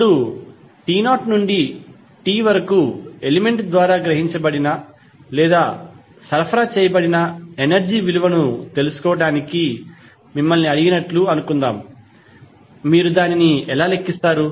ఇప్పుడు t0 నుండి tవరకు ఎలిమెంట్ ద్వారా గ్రహించబడిన లేదా సరఫరా చేయబడిన ఎనర్జీ విలువను తెలుసుకోవడానికి మిమ్మల్ని అడిగినట్లు అనుకుందాం మీరు దానిని ఎలా లెక్కిస్తారు